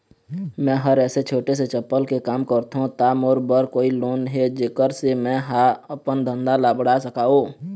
मैं हर ऐसे छोटे से चप्पल के काम करथों ता मोर बर कोई लोन हे जेकर से मैं हा अपन धंधा ला बढ़ा सकाओ?